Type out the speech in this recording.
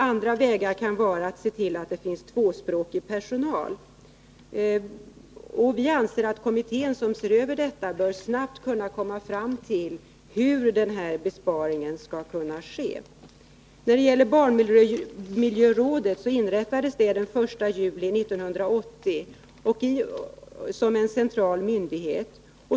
Andra vägar kan vara att se till att det finns tvåspråkig personal. Vi anser att kommittén snabbt bör kunna komma fram till hur besparingen skall ske. När det gäller barnmiljörådet, så inrättades det den 1 juli 1980 som en central myndighet.